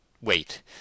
wait